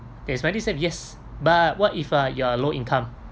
there's medisave yes but what if uh you're low income